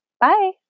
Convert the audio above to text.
Bye